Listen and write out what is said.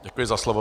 Děkuji za slovo.